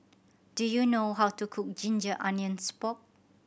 do you know how to cook ginger onions pork